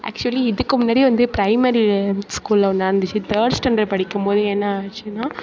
actually இதுக்கு முன்னாடி வந்து பிரைமரி ஸ்கூலில் ஒன்று நடந்துச்சு தேர்டு ஸ்டேண்டடு படிக்கும்போது என்ன ஆச்சுனா